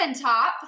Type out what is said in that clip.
top